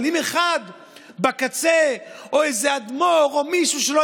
אבל אם אחד בקצה או איזה אדמו"ר או מישהו שלא